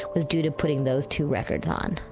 was due to putting those two records on